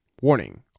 Warning